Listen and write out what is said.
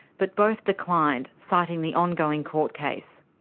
but both declined, citing the ongoing court case.